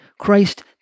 Christ